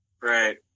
Right